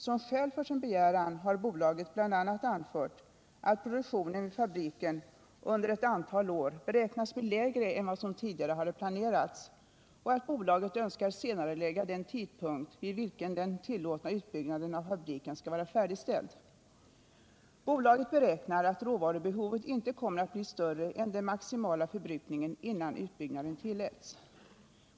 Som skäl för sin begäran har bolaget bl.a. anfört att produktionen vid fabriken under ett antal år beräknas bli lägre än vad som tidigare hade planerats och att bolaget önskar senarelägga den tidpunkt vid vilken den tillåtna utbyggnaden av fabriken skall vara färdigställd. Bolaget beräknar att råvarubehovet inte kommer att bli större än den maximala förbrukningen innan utbyggnaden tilläts.